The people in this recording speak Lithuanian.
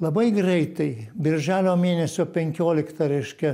labai greitai birželio mėnesio penkioliktą reiškia